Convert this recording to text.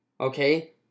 okay